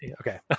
Okay